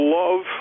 love